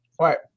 Right